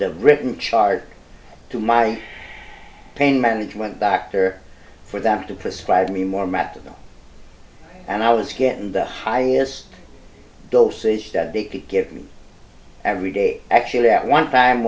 the written chart to my pain management doctor for them to prescribe me more methadone and i was getting the highest dosage that they could give me every day actually that one time